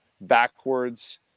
backwards